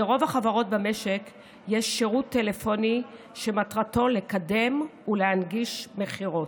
לרוב החברות במשק יש שירות טלפוני שמטרתו לקדם ולהנגיש מכירות.